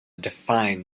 define